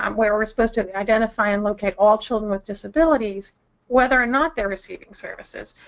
um where we're supposed to identify and locate all children with disabilities whether or not they're receiving services,